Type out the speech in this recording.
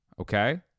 okay